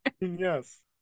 Yes